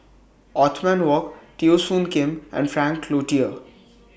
Othman Wok Teo Soon Kim and Frank Cloutier